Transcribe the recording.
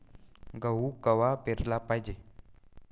गहू कवा पेराले पायजे?